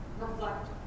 reflect